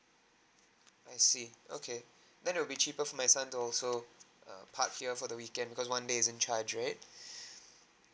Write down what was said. I see okay than will be cheaper for my son to also err park here for the weekend because one day is in charge right